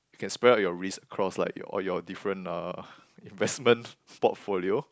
you can spell out your risk across like your all your different uh investment portfolio